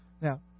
Now